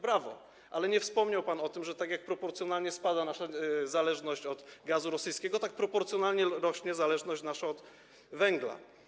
Brawo, ale nie wspomniał pan o tym, że tak jak proporcjonalnie spada nasza zależność od gazu rosyjskiego, tak proporcjonalnie rośnie nasza zależność od węgla.